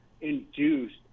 induced